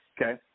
okay